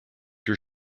your